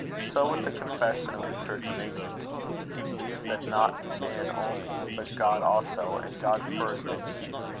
so with the confession of the church of england he believes that not man only, but god also, and god first and chief,